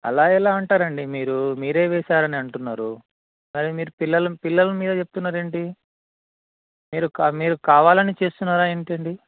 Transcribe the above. అలా ఎలా అంటారండి మీరు మీరే వేసారాని ఉంటున్నారు సరే మీరు పిల్లలను పిల్లలు మీద చెప్తున్నారేంటి మీరు మీరు కావాలని చేస్తున్నారా ఏంటండి